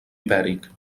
ibèric